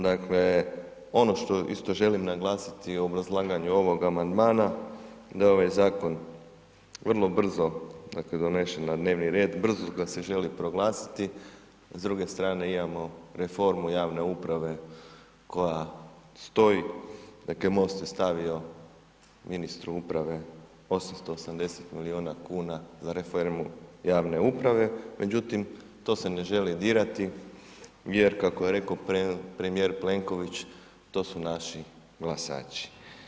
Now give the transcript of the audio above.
Dakle, ono što isto želim naglasiti u obrazlaganju ovoga amandmana da je ovaj zakon vrlo brzo, dakle, donešen na dnevni red, brzo ga se želi proglasiti, s druge strane imamo reformu javne uprave koja stoji, dakle, MOST je stavio ministru uprave 880 milijuna kuna za reformu javne uprave, međutim, to se ne želi dirati jer kako je rekao premijer Plenković, to su naši glasači.